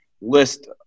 list